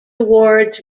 awards